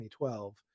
2012